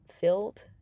filled